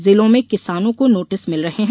जिलों में किसानों को नोटिस मिल रहे हैं